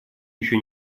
еще